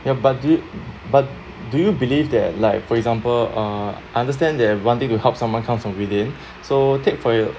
ya but do you but do you believe that like for example uh understand that wanting to help someone comes from within so take for your